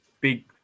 big